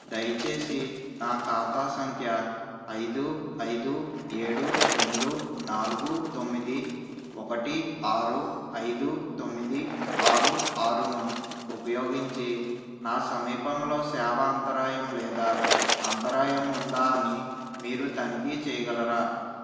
దయచేసి నా ఖాతా సంఖ్య ఐదు ఐదు ఏడు రెండు నాలుగు తొమ్మిది ఒకటి ఆరు ఐదు తొమ్మిది ఆరు ఆరును ఉపయోగించి నా సమీపంలో సేవ అంతరాయం లేదా అంతరాయం ఉందా అని మీరు తనిఖీ చేయగలరా